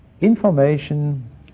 information